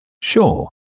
Sure